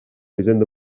hisenda